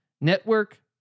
Network